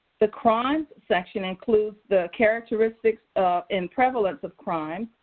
the crimes section includes the characteristics and prevalence of crime,